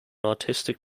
artistic